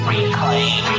Reclaim